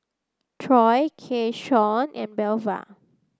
Troy Keyshawn and Belva